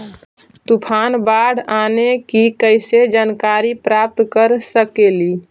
तूफान, बाढ़ आने की कैसे जानकारी प्राप्त कर सकेली?